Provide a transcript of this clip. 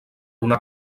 una